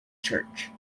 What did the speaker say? church